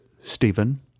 Stephen